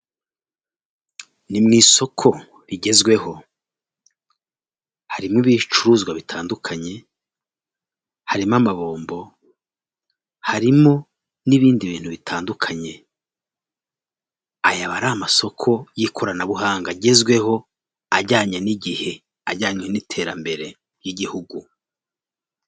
Ni mu isoko rigezweho, harimo ibicuruzwa bitandukanye, harimo amabombo, harimo n'ibindi bintu bitandukanye, aya aba ari amasoko y'ikoranabuhanga agezweho, ajyanye n'igihe, ajyanye n'iterambere ry'igihugu.